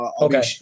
okay